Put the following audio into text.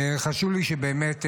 וחשוב לי שבאמת,